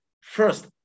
first